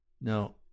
Now